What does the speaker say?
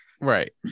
Right